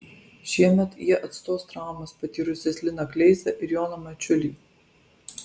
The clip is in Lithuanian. šiemet jie atstos traumas patyrusius liną kleizą ir joną mačiulį